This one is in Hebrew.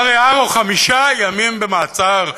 ארי הרו חמישה ימים במעצר,